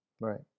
Right